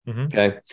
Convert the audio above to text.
Okay